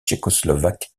tchécoslovaque